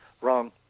wrong